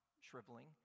shriveling